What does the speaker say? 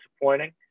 disappointing